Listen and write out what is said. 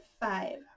five